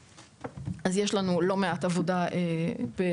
יש לנו לא מעט עבודה בידינו,